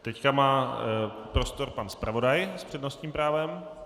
Teď má prostor pan zpravodaj s přednostním právem.